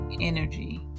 energy